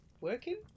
working